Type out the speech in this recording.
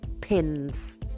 pins